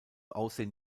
aussehen